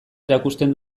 erakusten